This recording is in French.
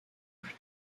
plus